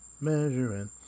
Measuring